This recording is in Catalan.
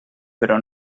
però